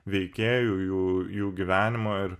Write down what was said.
veikėjų jų jų gyvenimo ir